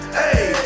hey